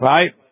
Right